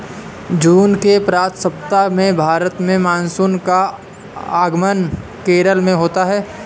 जून के प्रथम सप्ताह में भारत में मानसून का आगमन केरल में होता है